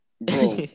Bro